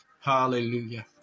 Hallelujah